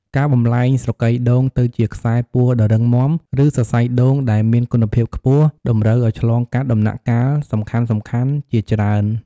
ការបំប្លែងស្រកីដូងទៅជាខ្សែពួរដ៏រឹងមាំ ឬសរសៃដូងដែលមានគុណភាពខ្ពស់ តម្រូវឱ្យឆ្លងកាត់ដំណាក់កាលសំខាន់ៗជាច្រើន។